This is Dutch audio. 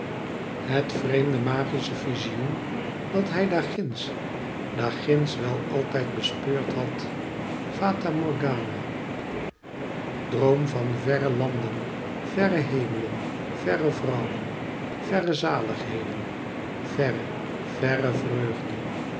het vreemde magische vizioen dat hij daarginds daarginds wel altijd bespeurd had fata morgana droom van verre landen verre hemelen verre vrouwen verre zaligheden verre verre vreugde